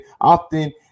often